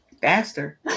Faster